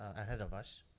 ahead of us